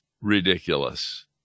ridiculous